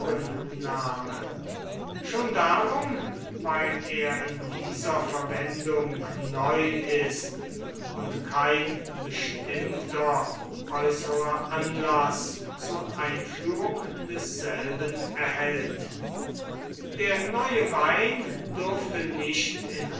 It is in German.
schon darum weil er in dieser verwendung neu ist und kein bestimmter äußerer anlaß zur einführung desselben erhellt der neue wein durfte nicht in